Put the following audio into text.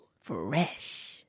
Fresh